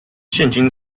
现今